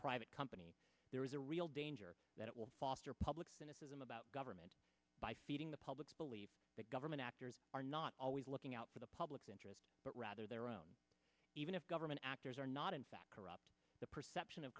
private company there is a real danger that it will foster public cynicism about government by feeding the public to believe that government actors are not always looking out for the public's interest but rather their own even if government actors are not in fact corrupt the perception of